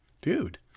dude